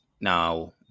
now